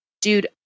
dude